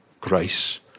grace